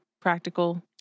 practical